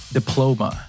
Diploma